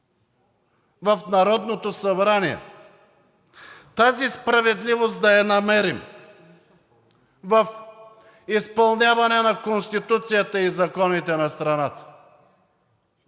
в Народното събрание, тази справедливост да я намерим в изпълняване на Конституцията и законите на страната.